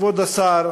כבוד השר,